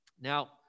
Now